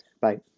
Bye